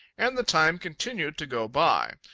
and the time continued to go by.